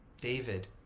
David